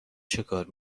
چکار